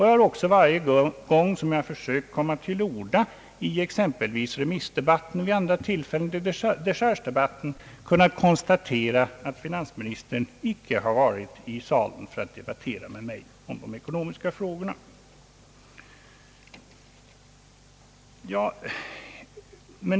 Jag har också varje gång jag försökt ta till orda i exempelvis remissdebatten, dechargedebatten och vid andra tillfällen kunnat konstatera att finansministern inte varit närvarande för att debattera med mig i de ekonomiska frågorna.